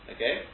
Okay